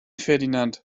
ferdinand